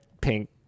pink